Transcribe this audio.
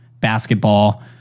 basketball